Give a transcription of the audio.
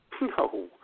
No